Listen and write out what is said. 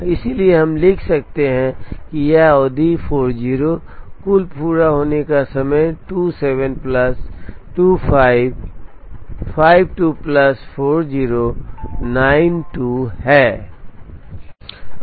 इसलिए हम लिख सकते हैं कि यह अवधि है 40 कुल पूरा होने का समय 27 प्लस 25 52 प्लस 40 92 है